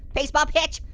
baseball pitch?